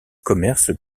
commerces